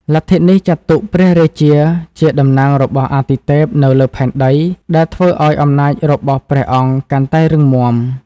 លទ្ធិនេះចាត់ទុកព្រះរាជាជាតំណាងរបស់អាទិទេពនៅលើផែនដី ដែលធ្វើឱ្យអំណាចរបស់ព្រះអង្គកាន់តែរឹងមាំ។